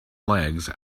legs